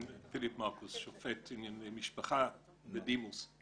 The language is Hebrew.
פיליפ מרכוס, שופט לענייני משפחה בדימוס.